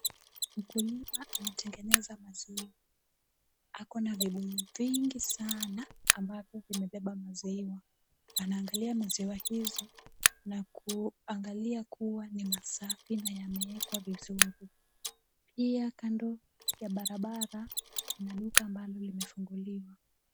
Mkulima anatengeneza maziwa. Ako na vibuyu vingi sana ambavyo vimebeba maziwa. Anaangalia maziwa hizo na kuangalia kuwa ni masafi na yameekwa vizuri. Pia kando ya barabara kuna duka ambalo limefunguliwa.